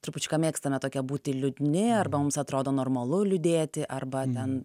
trupučiuką mėgstame tokie būti liūdni arba mums atrodo normalu liūdėti arba ten